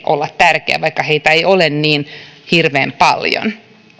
olla tärkeä vaikka heitä ei ole niin hirveän paljon